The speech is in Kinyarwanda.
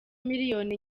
miliyoni